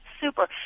super